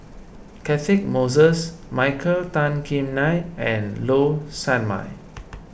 Catchick Moses Michael Tan Kim Nei and Low Sanmay